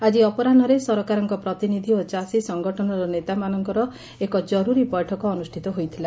ଆଜି ଅପରାହୁରେ ସରକାରଙ୍କ ପ୍ରତିନିଧି ଓ ଚାଷୀ ସଙ୍ଗଠନର ନେତାମାନଙ୍କର ଏକ ଜରୁରୀ ବୈଠକ ଅନୁଷ୍ବିତ ହୋଇଥିଲା